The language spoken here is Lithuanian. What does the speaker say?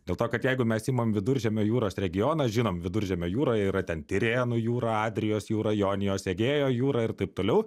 dėl to kad jeigu mes imam viduržemio jūros regioną žinom viduržemio jūroje yra ten tirėnų jūra adrijos jūra jonijos egėjo jūra ir taip toliau